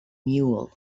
mule